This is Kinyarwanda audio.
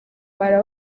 baba